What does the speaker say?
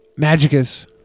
Magicus